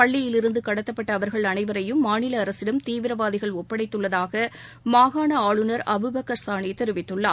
பள்ளியிலிருந்து கடத்தப்பட்ட அவர்கள் அனைவரையும் மாநில அரசிடம் தீவிரவாதிகள் ஒப்படைத்துள்ளதாக மாகாண ஆளுநர் அபுபக்கர் சாளி தெரிவித்தள்ளார்